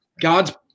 God's